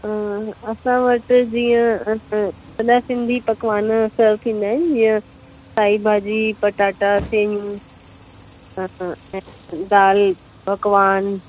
असां वटि जीअं सॼा सिंधी पकवान सर्व थींदा आहिनि जीअं साई भाॼी पटाटा सयूं हा हा ऐं दाल पकवान